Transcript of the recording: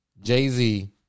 Jay-Z